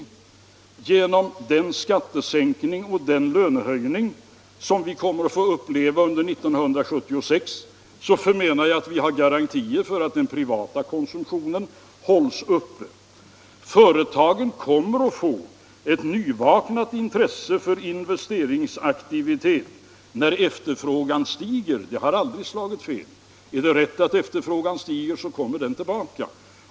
Jag förmenar att genom den skattesänkning och den lönehöjning som vi kommer att få uppleva under 1976 har vi garantier för att den privata konsumtionen hålls uppe. Företagen kommer att få ett nyvaknat intresse för investeringsaktivitet när efterfrågan stiger — det har aldrig slagit fel — och är det rätt att efterfrågan stiger, så kommer denna aktivitet tillbaka.